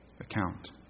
account